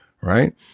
Right